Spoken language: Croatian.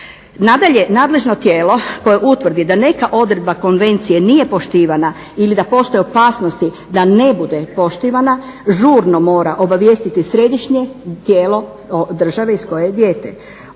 Nadalje, nadležno tijelo koje utvrdi da neka odredba konvencije nije poštivana ili da postoje opasnosti da ne bude poštivana žurno mora obavijestiti središnje tijelo države iz koje je dijete.